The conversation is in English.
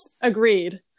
Agreed